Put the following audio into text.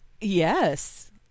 Yes